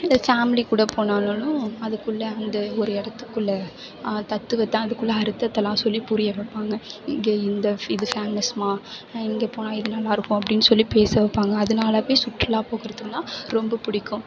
இல்லை ஃபேமிலி கூட போனானாலும் அதுக்குள்ளே அந்த ஒரு இடத்துக்குள்ள தத்துவத்தை அதுக்குள்ளே அர்த்ததெலாம் சொல்லி புரிய வைப்பாங்க இங்கே இந்த இது ஃபேமஸ்ம்மா இங்கே போனால் இது நல்லா இருக்கும் அப்படின்னு சொல்லி பேச வைப்பாங்க அதனால போய் சுற்றுலா போக்குவரத்துனால் ரொம்ப பிடிக்கும்